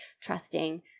trusting